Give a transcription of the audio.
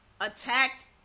attacked